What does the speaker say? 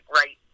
right